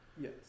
Yes